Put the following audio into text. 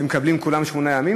שמקבלים כולם שמונה ימים.